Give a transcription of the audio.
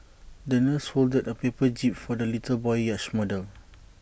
the nurse folded A paper jib for the little boy's yacht model